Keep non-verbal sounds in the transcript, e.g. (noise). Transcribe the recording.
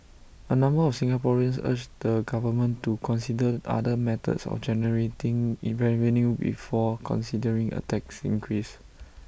A number of Singaporeans urged the government to consider other methods of generating (hesitation) revenue before considering A tax increase